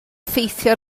effeithio